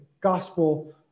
gospel